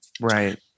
Right